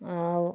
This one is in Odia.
ଆଉ